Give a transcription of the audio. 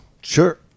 Sure